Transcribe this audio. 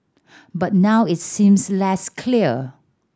but now it seems less clear